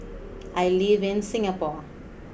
I live in Singapore